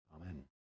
Amen